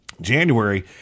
January